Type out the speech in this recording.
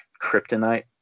kryptonite